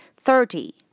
thirty